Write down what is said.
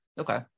okay